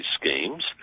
schemes